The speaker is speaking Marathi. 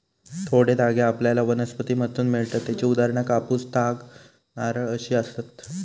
थोडे धागे आपल्याला वनस्पतींमधसून मिळतत त्येची उदाहरणा कापूस, ताग, नारळ अशी आसत